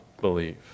believe